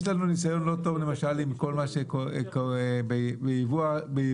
יש לנו ניסיון לא טוב ביבוא הטלאים.